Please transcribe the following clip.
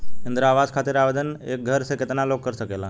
इंद्रा आवास खातिर आवेदन एक घर से केतना लोग कर सकेला?